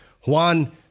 Juan